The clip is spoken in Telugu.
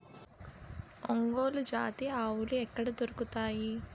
ఒంగోలు జాతి ఆవులు ఎక్కడ దొరుకుతాయి?